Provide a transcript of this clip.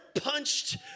punched